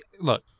Look